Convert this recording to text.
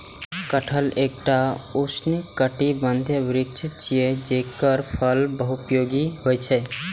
कटहल एकटा उष्णकटिबंधीय वृक्ष छियै, जेकर फल बहुपयोगी होइ छै